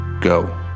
Go